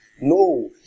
No